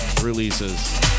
releases